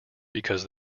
because